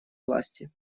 власти